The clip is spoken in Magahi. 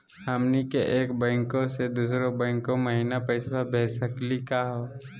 हमनी के एक बैंको स दुसरो बैंको महिना पैसवा भेज सकली का हो?